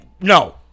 No